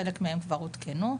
חלק מהם כבר עודכנו.